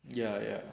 ya ya